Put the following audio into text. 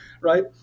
Right